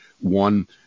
one